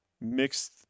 mixed